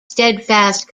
steadfast